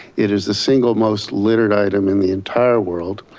it is the single most littered item in the entire world.